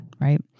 right